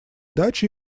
дачи